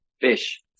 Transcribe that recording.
Fish